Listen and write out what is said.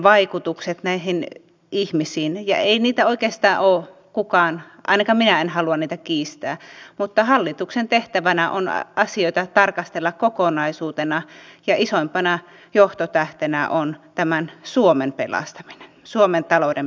näitten vaikutuksia ihmisiin ei oikeastaan kukaan en ainakaan minä halua kiistää mutta hallituksen tehtävänä on tarkastella asioita kokonaisuutena ja isoimpana johtotähtenä on suomen pelastaminen suomen talouden pelastaminen